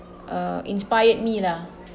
uh inspired me lah